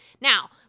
Now